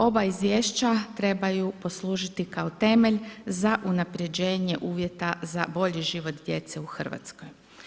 Ova izvješća trebaju poslužiti kao temelj za unapređenje uvjeta za bolji život djece u Hrvatskoj.